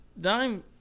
Dime